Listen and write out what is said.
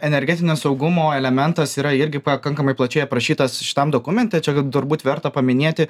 energetinio saugumo elementas yra irgi pakankamai plačiai aprašytas šitam dokumente čia turbūt verta paminėti